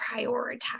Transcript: prioritize